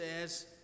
says